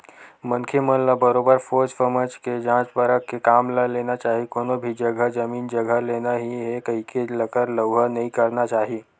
मनखे मन ल बरोबर सोझ समझ के जाँच परख के काम ल लेना चाही कोनो भी जघा जमीन जघा लेना ही हे कहिके लकर लउहा नइ करना चाही